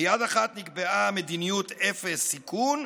ביד אחת נקבעה מדיניות אפס סיכון,